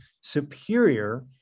superior